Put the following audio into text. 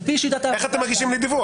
איך אתם מגישים בלי דיווח?